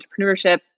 entrepreneurship